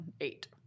eight